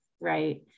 right